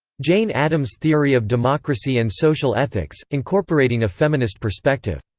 jane addams' theory of democracy and social ethics incorporating a feminist perspective.